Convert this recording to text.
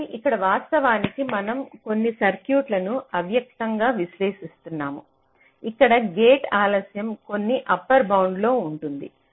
కాబట్టి ఇక్కడ వాస్తవానికి మనం కొన్ని సర్క్యూట్లను అవ్యక్తంగా విశ్లేషిస్తున్నాము ఇక్కడ గేట్ ఆలస్యం కొన్ని అప్పర్ బౌండ్లో ఉంటుంది